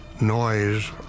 noise